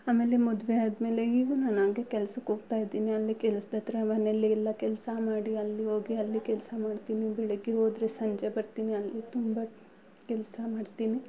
ಆಮೇಲೆ ಮದುವೆ ಆದಮೇಲೆ ಈಗು ನಾನಂಗೆ ಕೆಲ್ಸಕ್ಕೆ ಹೋಗ್ತಾಯಿದ್ದೀನಿ ಅಲ್ಲಿ ಕೆಲ್ಸದಹತ್ರ ಮನೇಯಲ್ಲಿ ಎಲ್ಲ ಕೆಲಸ ಮಾಡಿ ಅಲ್ಲಿ ಹೋಗಿ ಅಲ್ಲಿ ಕೆಲಸ ಮಾಡ್ತೀನಿ ಬೆಳಗ್ಗೆ ಹೋದ್ರೆ ಸಂಜೆ ಬರ್ತಿನಿ ಅಲ್ಲಿ ತುಂಬ ಕೆಲಸ ಮಾಡ್ತಿನಿ